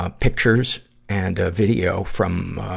ah pictures and a video from, ah,